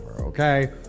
Okay